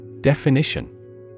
Definition